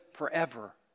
forever